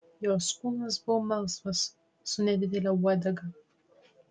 jos kūnas buvo melsvas su nedidele uodega